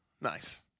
Nice